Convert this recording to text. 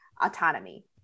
autonomy